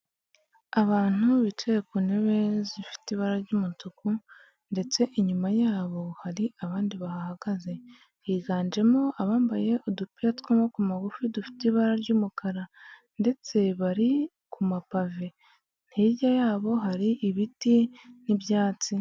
Abantu bicaye ku ntebe zifite ibara ry'umutuku ndetse inyuma yabo hari abandi bahagaze higanjemo abambaye udupira tw'amaboko magufi dufite ibara ry'umukara ndetse bari ku mapave hirya yabo hari ibiti n'ibyatsi.